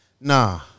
Nah